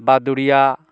Baduria